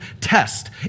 test